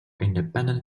independent